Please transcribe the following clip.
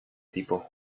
tipo